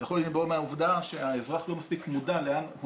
זה יכול לנבוע מהעובדה שהאזרח לא מספיק מודע לאן הוא